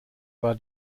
war